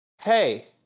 hey